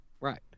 Right